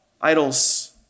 idols